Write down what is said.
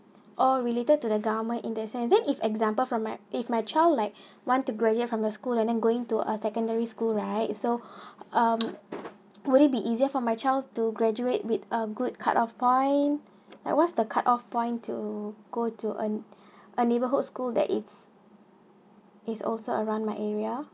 oh related to the government in the sense then if example from my if my child like want to graduate from the school and then going to a secondary school right so um would it be easier for my child to graduate with a good cut off point what's the cut off point to go to um a neighborhood school that is is also around my area